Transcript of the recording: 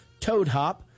TOADHOP